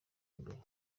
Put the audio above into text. mbere